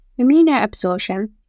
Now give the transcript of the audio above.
Immunoabsorption